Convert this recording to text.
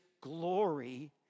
glory